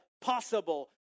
possible